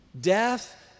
Death